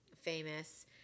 famous